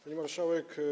Pani Marszałek!